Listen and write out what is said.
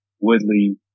Woodley